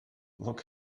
look